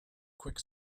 quick